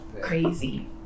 crazy